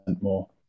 more